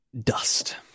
dust